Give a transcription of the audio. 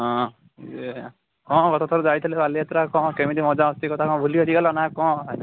ହଁ ଇଏ କ'ଣ ଗୋଟେ ଥର ଯାଇଥିଲି ବାଲିଯାତ୍ରା କ'ଣ କେମିତି ମଜା ଆସିଛି ସେ କଥା କ'ଣ ଭୁଲିଭାଲି ଗଲ କ'ଣ ଭାଇନା